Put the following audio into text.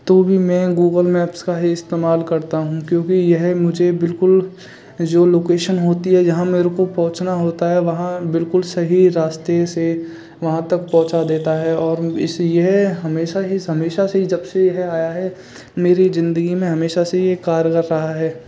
तो भी मैं गूगल मैप्स का ही इस्तेमाल करता हूँ क्योंकि यह मुझे बिल्कुल जो लोकैशन होती है यहाँ मेरे को पहुंचना होता है वहाँ बिल्कुल सही रास्ते से वहाँ तक पहुंचा देता है और इसी यह हमेशा ही से हमेशा से जब से यह आया है मेरी ज़िंदगी में हमेशा से यह कारगर रहा है